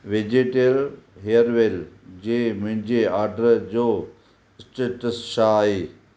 vegetal Hairwell जे मुंहिंजे order जो स्टेटस छा आहे